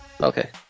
Okay